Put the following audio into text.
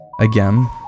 again